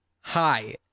hi